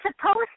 supposed